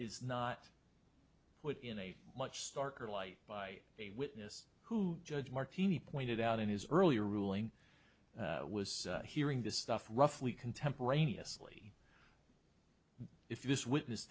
is not put in a much starker light by a witness who judge martini pointed out in his earlier ruling was hearing this stuff roughly contemporaneously if this witness